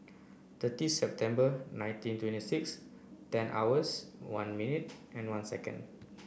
thirty September nineteen twenty six ten hours one minute and one second